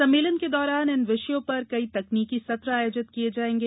सम्मेलन के दौरान इन विषयों पर कई तकनीकी सत्र आयोजित किए जाएंगे